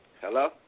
Hello